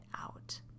out